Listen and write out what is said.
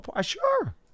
Sure